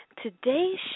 Today's